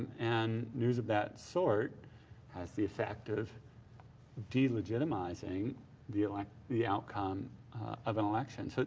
and news of that sort has the effect of delegitimizing the like the outcome of an election. so